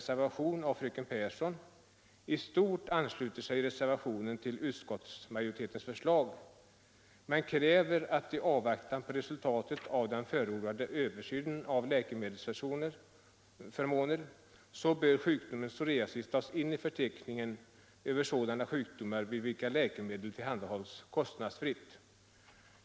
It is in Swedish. servationen konstateras dock att i avvaktan på resultatet av den förordade översynen av läkemedelsförmåner sjukdomen psoriasis bör tas in i förteckningen över sådana sjukdomar vid vilka läkemedel tillhandahålls kostnadsfritt.